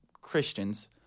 Christians